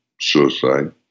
suicide